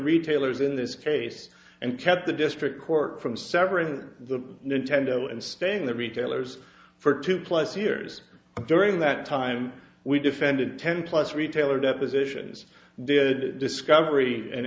retailers in this case and kept the district court from separating the nintendo and staying the retailers for two plus years during that time we defended ten plus retailer depositions did discovery